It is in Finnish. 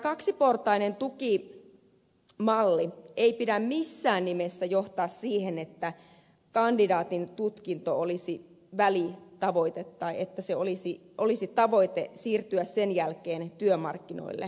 tämän kaksiportaisen tukimallin ei pidä missään nimessä johtaa siihen että kandidaatin tutkinto olisi välitavoite tai että olisi tavoite siirtyä sen jälkeen työmarkkinoille